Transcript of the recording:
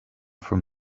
from